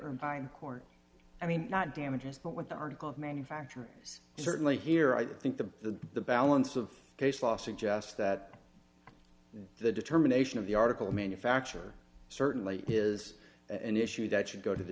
irvine court i mean not damages but what the article manufacturers certainly here i think the the balance of case law suggests that the determination of the article manufacture certainly is an issue that should go to the